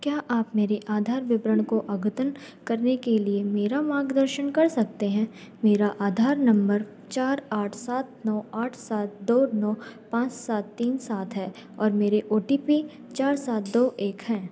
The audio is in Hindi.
क्या आप मेरे आधार विवरण को अद्यतन करने के लिए मेरा मार्गदर्शन कर सकते हैं मेरा आधार नंबर चार आठ सात नौ आठ सात दो नौ पाँच सात तीन सात है और मेरा ओ टी पी चार सात दो एक है